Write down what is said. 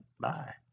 Bye